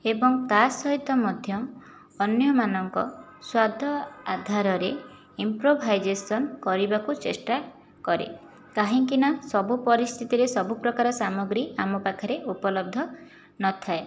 ଏବଂ ତା'ସହିତ ମଧ୍ୟ ଅନ୍ୟମାନଙ୍କ ସ୍ଵାଦ ଆଧାରରେ ଇମ୍ପ୍ରୋଭାଇଜେସନ୍ କରିବାକୁ ଚେଷ୍ଟା କରେ କାହିଁକି ନା ସବୁ ପରିସ୍ଥିତିରେ ସବୁ ପ୍ରକାର ସାମଗ୍ରୀ ଆମ ପାଖରେ ଉପଲବ୍ଧ ନଥାଏ